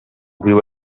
grew